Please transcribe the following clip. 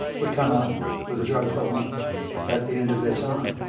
would come out with a drug problem at the end of their time.